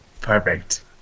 Perfect